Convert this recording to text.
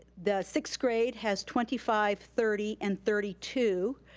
the sixth grade has twenty five, thirty and thirty two.